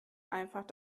einfach